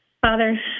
Father